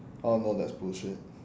oh no that's bullshit